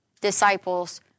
disciples